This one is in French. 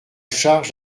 charge